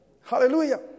Hallelujah